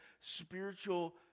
spiritual